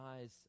eyes